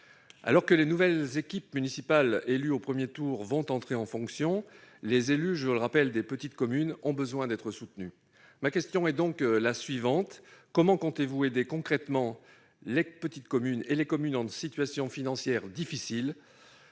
Alors que les nouvelles équipes municipales élues au premier tour vont entrer en fonction, les élus des petites communes ont besoin d'être soutenus. Monsieur le ministre, comment comptez-vous aider concrètement les petites communes et les communes en situation financière difficile à